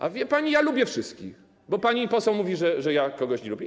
A wie pani, ja lubię wszystkich, bo pani poseł mówi, że ja kogoś nie lubię.